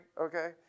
Okay